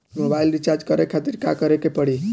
Mobile recharge करे खातिर का करे के पड़ी?